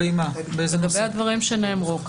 אני יכולה לומר כמה דברים לגבי הדברים שנאמרו כאן?